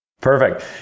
perfect